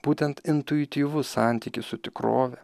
būtent intuityvus santykis su tikrove